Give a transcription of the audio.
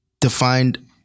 defined